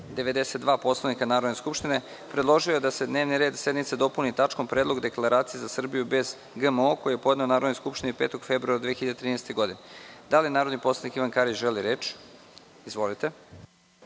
92. Poslovnika Natrodne skupštine, predložio je da se dnevni red sednice dopuni tačkom – Predlog deklaracije za Srbiju bez GMO, koji je podneo Narodnoj skupštini 5. februara 2013. godine. Da li narodni poslanik Ivan Karić želi reč? (Da.)